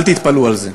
אל תתפלאו על זה.